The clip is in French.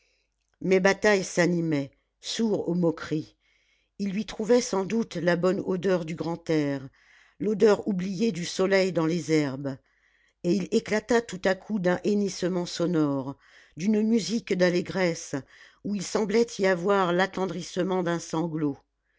mais bataille s'animait sourd aux moqueries il lui trouvait sans doute la bonne odeur du grand air l'odeur oubliée du soleil dans les herbes et il éclata tout à coup d'un hennissement sonore d'une musique d'allégresse où il semblait y avoir